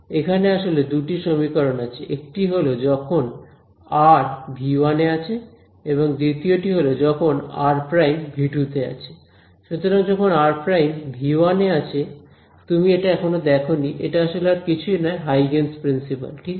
এখানে আসলে দুটি সমীকরণ আছে একটি হল যখন r V 1 এ আছে এবং দ্বিতীয় টা হল যখন r V 2 তে আছে সুতরাং যখন r V 1 এ আছে তুমি এটা এখনো দেখনি এটা আসলে আর কিছুই নয় হাইগেনস প্রিন্সিপাল Huygens's principle ঠিক আছে